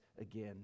again